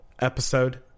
episode